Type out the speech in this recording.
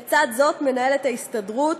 לצד זאת מנהלת ההסתדרות,